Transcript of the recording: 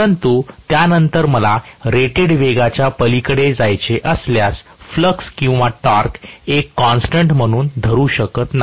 परंतु त्यानंतर मला रेटेड वेगाच्या पलीकडे जायचे असल्यास फ्लक्स किंवा टॉर्क एक कॉन्स्टन्ट म्हणून धरु शकणार नाही